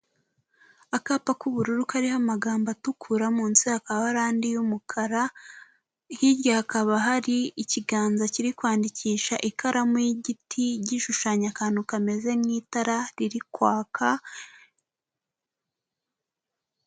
Akapa k'ubururu kariho amagambo atukura, munsi hakaba hara andi y'umukara, hirya hakaba hari ikiganza kiri kwandikisha ikaramu y'igiti, gishushanya akantu kameze nk'itara riri kwaka.